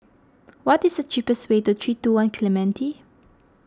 what is the cheapest way to three two one Clementi